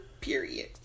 Period